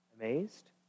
Amazed